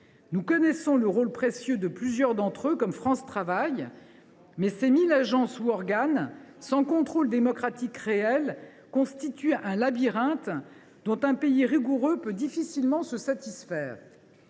Nous connaissons le rôle précieux de plusieurs d’entre eux, comme France Travail, mais ces 1 000 agences ou organes, sans contrôle démocratique réel, constituent un labyrinthe dont un pays rigoureux peut difficilement se satisfaire.